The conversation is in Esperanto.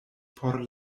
por